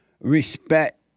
respect